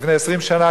לפני 20 שנה,